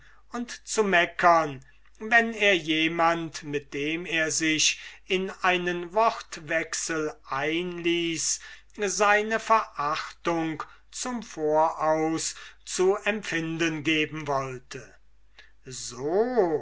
und zu meckern wenn er jemand mit dem er sich in einen wortwechsel einließ seine verachtung zum voraus zu empfinden gehen wollte so